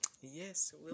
Yes